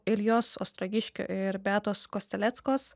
iljos ostrogiškio ir beatos kosceleckos